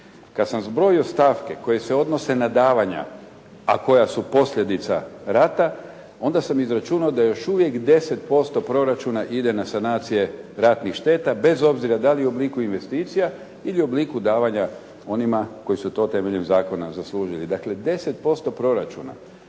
Kad sam zbrojio stavke koje se odnose na davanja, a koja su posljedica rata, onda sam izračunao da još uvijek 10% proračuna ide na sanacije ratnih šteta, bez obzira da li u obliku investicija ili u obliku davanja onima koji su to temeljem zakona zaslužili. Dakle 10% proračuna.